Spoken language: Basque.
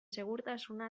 segurtasuna